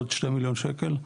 עוד שני מיליון שקל.